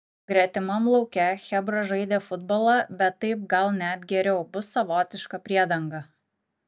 gretimam lauke chebra žaidė futbolą bet taip gal net geriau bus savotiška priedanga